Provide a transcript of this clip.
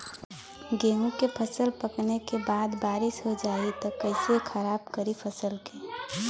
गेहूँ के फसल पकने के बाद बारिश हो जाई त कइसे खराब करी फसल के?